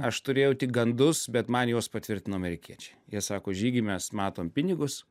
aš turėjau tik gandus bet man juos patvirtino amerikiečiai jie sako žygi mes matom pinigus